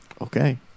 okay